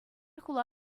хула